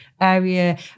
area